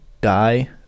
die